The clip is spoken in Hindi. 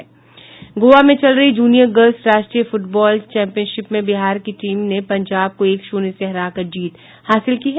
गोवा में चल रही जूनियर गर्ल्स राष्ट्रीय फूटबॉल चैंपियनशिप में बिहार की टीम ने पंजाब को एक शून्य से हराकर जीत हासिल की है